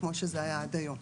וכמו שזה היה עד היום.